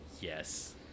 Yes